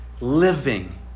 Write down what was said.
living